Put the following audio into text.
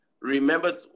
Remember